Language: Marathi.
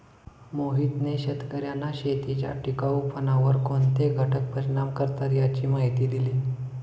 मोहितने शेतकर्यांना शेतीच्या टिकाऊपणावर कोणते घटक परिणाम करतात याची माहिती दिली